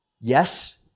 Yes